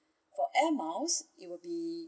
for airmiles it would be